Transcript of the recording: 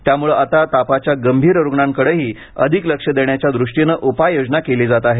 त्यामुळं आता तापाच्या गंभीर रुग्णांकडेही अधिक लक्ष देण्याच्या दृष्टीनं उपाययोजना केली जात आहे